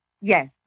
Yes